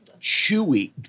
chewy